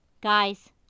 Guys